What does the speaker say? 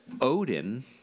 Odin